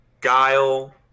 Guile